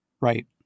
Right